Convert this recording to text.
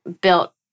built